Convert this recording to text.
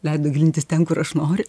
leido gilintis ten kur aš noriu